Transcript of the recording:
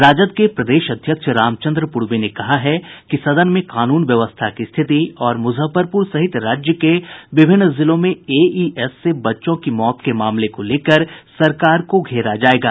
राजद के प्रदेश अध्यक्ष रामचंद्र पूर्वे ने कहा है कि सदन में कानून व्यवस्था की स्थिति और मुजफ्फरपुर सहित राज्य के विभिन्न जिलों में एईएस से बच्चों की मौत के मामले को लेकर सरकार को घेरा जायेगा